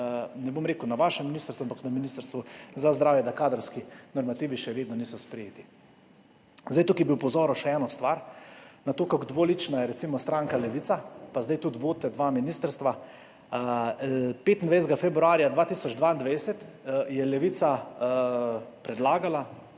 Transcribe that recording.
ne bom rekel na vašem ministrstvu, ampak na Ministrstvu za zdravje, da kadrovski normativi še vedno niso sprejeti. Tukaj bi opozoril še na eno stvar, kako dvolična je recimo stranka Levica, ki zdaj tudi vodi dve ministrstvi. 25. februarja 2022 je Levica predlagala